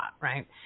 right